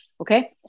Okay